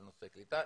נושא הקליטה.